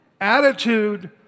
attitude